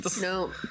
No